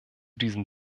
diesem